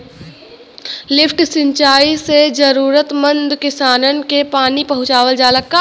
lift सिंचाई से जरूरतमंद किसानन के पानी पहुंचावल जाला